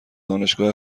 دانشگاه